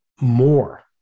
more